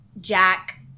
Jack